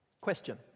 Question